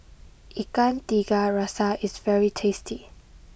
Ikan Tiga Rasa is very tasty